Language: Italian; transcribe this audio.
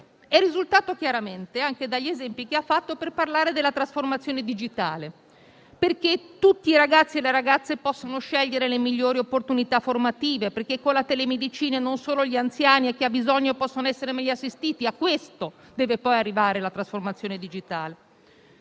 è risultato chiaramente anche dagli esempi che ha fatto per parlare della trasformazione digitale, perché tutti i ragazzi e le ragazze possano scegliere le migliori opportunità formative, perché con la telemedicina non solo gli anziani, ma chiunque ne abbia bisogno possa essere meglio assistito. A questo deve poi arrivare la trasformazione digitale.